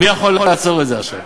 מי יכול לעצור את זה עכשיו?